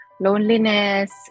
loneliness